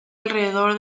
alrededor